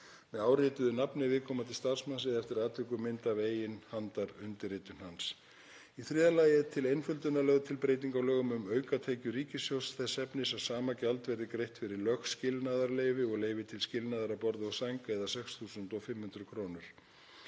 með árituðu nafni viðkomandi starfsmanns eða eftir atvikum mynd af eiginhandarundirritun hans. Í þriðja lagi er til einföldunar lögð til breyting á lögum um aukatekjur ríkissjóðs þess efnis að sama gjald verði greitt fyrir lögskilnaðarleyfi og leyfi til skilnaðar að borði og sæng eða 6.500 kr.